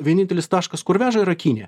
vienintelis taškas kur veža yra kinija